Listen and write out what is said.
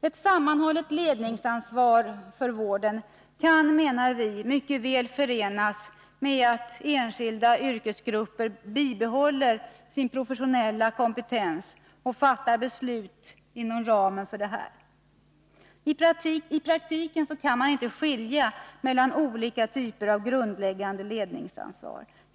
Ett sammanhållet ledningsansvar för vården kan, menar vi, mycket väl förenas med att enskilda yrkesgrupper bibehåller sin professionella kompetens och fattar beslut inom ramen för den. I praktiken kan man inte skilja mellan olika typer av grundläggande ledningsansvar.